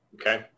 Okay